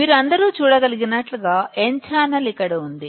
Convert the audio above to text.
మీరు అందరూ చూడగలిగినట్లుగా n ఛానెల్ ఇక్కడ ఉంది